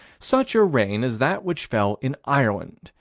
such a rain as that which fell in ireland,